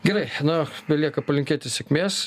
gerai na belieka palinkėti sėkmės